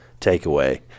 takeaway